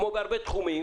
כמו בהרבה תחומים